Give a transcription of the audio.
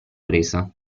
presa